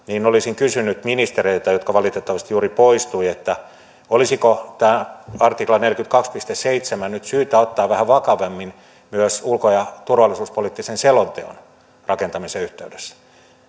olisin kysynyt ministereiltä jotka valitettavasti juuri poistuivat olisiko tämä artikla neljäkymmentäkaksi piste seitsemän nyt syytä ottaa vähän vakavammin myös ulko ja turvallisuuspoliittisen selonteon rakentamisen yhteydessä